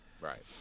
Right